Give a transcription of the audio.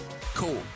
Cool